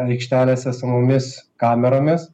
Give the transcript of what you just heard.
aikštelėse su mumis kameromis